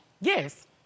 yes